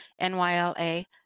N-Y-L-A